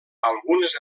algunes